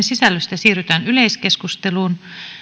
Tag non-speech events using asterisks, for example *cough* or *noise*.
*unintelligible* sisällöstä siirrytään yleiskeskusteluun